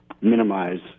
minimize